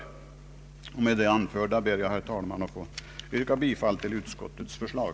Med det anförda ber jag, herr talman, att få yrka bifall till utskottets förslag.